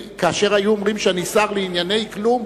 כאשר היו אומרים שאני השר לענייני כלום,